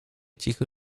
cichy